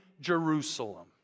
Jerusalem